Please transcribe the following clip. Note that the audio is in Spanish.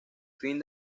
fin